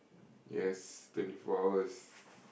yes twenty four hours